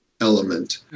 element